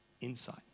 insight